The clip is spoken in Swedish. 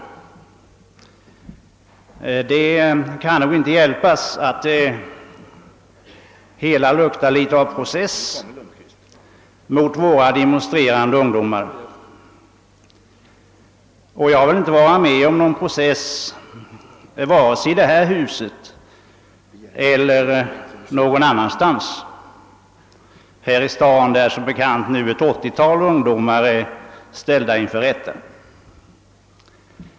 Det kan inte hjälpas att det luktar litet av process mot våra demonstrerande ungdomar. Jag vill inte vara med om någon sådan process vare sig i detta hus eller någon annanstans här i staden, där som bekant nu ett 80-tal ungdomar är ställda inför rätta.